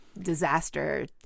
disaster